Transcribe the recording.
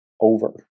over